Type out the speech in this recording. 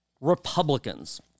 Republicans